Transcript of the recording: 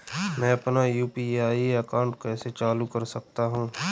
मैं अपना UPI account कैसे चालू कर सकता हूँ?